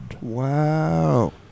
Wow